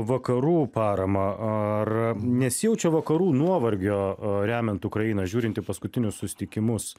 vakarų paramą ar nesijaučia vakarų nuovargio remiant ukrainą žiūrint į paskutinius susitikimus